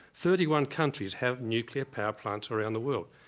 thirty one countries have nuclear power plants around the world,